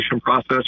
process